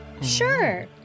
Sure